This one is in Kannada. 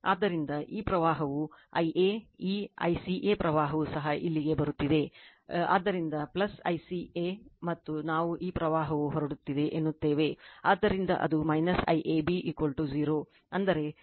ಆದ್ದರಿಂದ ಈ ಪ್ರವಾಹವು I a ಈ ICA ಪ್ರವಾಹವು ಸಹ ಇಲ್ಲಿಗೆ ಬರುತ್ತಿದೆ ಆದ್ದರಿಂದ ICA ಮತ್ತು ನಾವು ಈ ಪ್ರವಾಹವು ಹೊರಡುತ್ತಿದೆ ಎನ್ನುತ್ತೇವೆ ಆದ್ದರಿಂದ ಅದು IAB 0 ಅಂದರೆ ನನ್ನIa IAB ICA